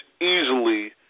easily